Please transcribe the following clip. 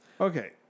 Okay